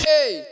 Hey